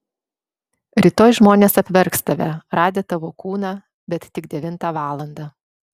rytoj žmonės apverks tave radę tavo kūną bet tik devintą valandą